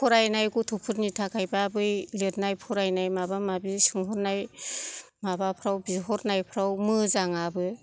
फरायनाय गथ'फोरनि थाखाय बा बै लिरनाय फरायनाय माबा माबि सोंहरनाय माबाफ्राव बिहरनाइफ्राव मोजांआबो